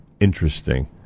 interesting